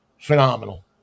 phenomenal